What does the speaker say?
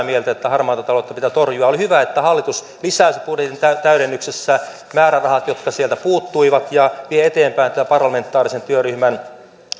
mieltä että harmaata taloutta pitää torjua oli hyvä että hallitus lisäsi budjetin täydennyksessä määrärahat jotka sieltä puuttuivat ja vie eteenpäin tätä parlamentaarisen työryhmän